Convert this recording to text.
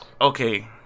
okay